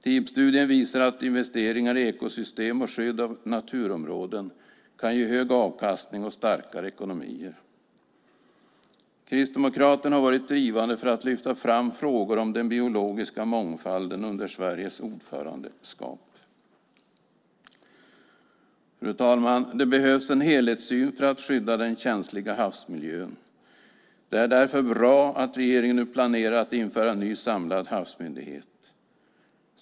TEEB-studien visar att investeringar i ekosystem och skydd av naturområden kan ge hög avkastning och starkare ekonomier. Kristdemokraterna har varit drivande för att lyfta fram frågor om den biologiska mångfalden under Sveriges ordförandeskap. Fru ålderspresident! Det behövs en helhetssyn för att skydda den känsliga havsmiljön. Det är därför bra att regeringen nu planerar att införa en ny, samlad havsmyndighet.